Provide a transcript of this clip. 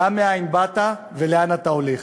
"דע מאין באת ולאן אתה הולך".